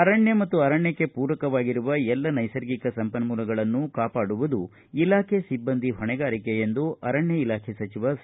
ಅರಣ್ಯ ಮತ್ತು ಅರಣ್ಯಕ್ಷೆ ಪೂರಕವಾಗಿರುವ ಎಲ್ಲ ನೈಸರ್ಗಿಕ ಸಂಪನ್ಮೂಲಗಳನ್ನು ಕಾಪಾಡುವದು ಇಲಾಖೆ ಸಿಬ್ಬಂದಿ ಹೊಣೆಗಾರಿಕೆ ಎಂದು ಅರಣ್ಯ ಇಲಾಖೆ ಸಚಿವ ಸಿ